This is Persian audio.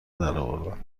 درآوردم